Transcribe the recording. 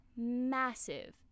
massive